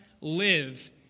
live